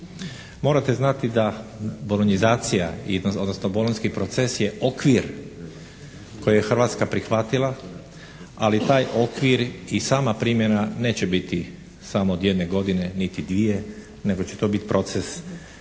Morate znati da bolonjizacija, odnosno Bolonjski proces je okvir koji je Hrvatska prihvatila, ali taj okvir i sama primjena neće biti samo od jedne godine niti dvije, nego će to biti proces koji